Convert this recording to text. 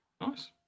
Nice